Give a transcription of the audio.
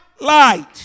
light